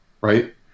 right